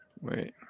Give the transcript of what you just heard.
Wait